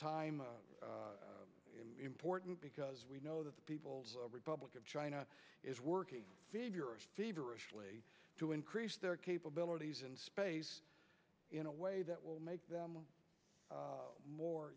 time important because we know that the people's republic of china is worth to increase their capabilities in space in a way that will make them more